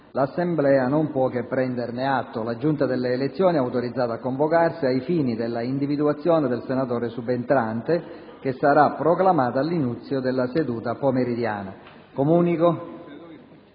l'Assemblea non può che prenderne atto. La Giunta delle elezioni è autorizzata a convocarsi, ai fini dell'individuazione del senatore subentrante, che sarà proclamato all'inizio della seduta pomeridiana. **Su